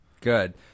Good